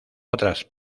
otras